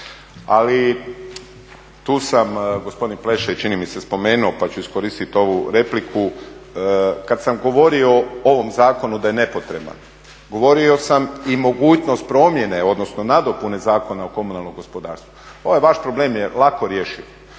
ali tu sam gospodin Pleše je čini mi se spomenuo pa ću iskoristiti ovu repliku, kada sam govorio o ovom zakonu da je nepotreban, govorio sam i mogućnost promjene odnosno nadopune Zakona o komunalnom gospodarstvu. Ovaj vaš problem je lako rješiv